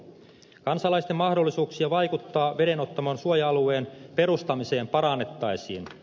kansalaisten mahdollisuuksia vaikuttaa vedenottamon suoja alueen perustamiseen parannettaisiin